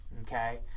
okay